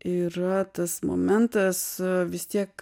yra tas momentas vis tiek